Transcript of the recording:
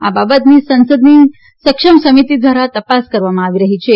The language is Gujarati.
આ બાબતની સંસદની સક્ષમ સમીતિ દ્વારા તપાસ કરવામાં આવી રહી છે